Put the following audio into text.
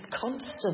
constant